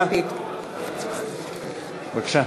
בבקשה.